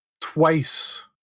twice